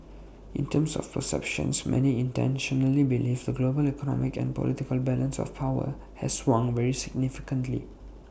in terms of perceptions many internationally believe the global economic and political balance of power has swung very significantly